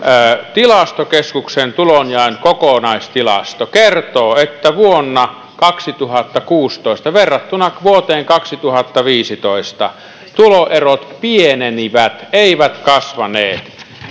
tilastokeskuksen tulojaon kokonaistilasto kertoo että vuonna kaksituhattakuusitoista verrattuna vuoteen kaksituhattaviisitoista tuloerot pienenivät eivät kasvaneet